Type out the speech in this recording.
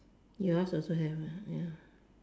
yours also have ah ya